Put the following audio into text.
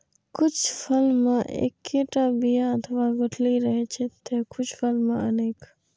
कुछ फल मे एक्केटा बिया अथवा गुठली रहै छै, ते कुछ फल मे अनेक